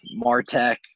martech